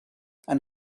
and